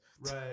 Right